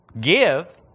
give